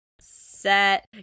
set